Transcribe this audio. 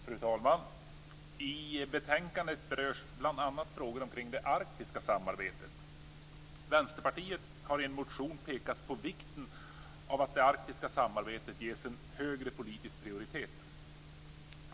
Fru talman! I betänkandet berörs bl.a. frågor kring det arktiska samarbetet. Vänsterpartiet har i en motion pekat på vikten av att det arktiska samarbetet ges en högre politisk prioritet.